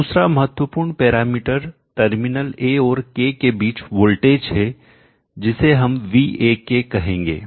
दूसरा महत्वपूर्ण parameter terminal A और K के बीच वोल्टेज हैजिसे हम Vak कहेंगे